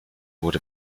wurde